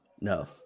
No